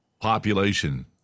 population